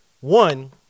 One